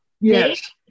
Yes